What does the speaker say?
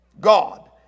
God